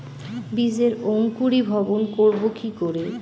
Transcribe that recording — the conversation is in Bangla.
বীজের অঙ্কুরিভবন করব কি করে?